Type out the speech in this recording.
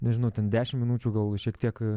nežinau ten dešim minučių gal šiek tiek